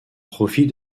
profit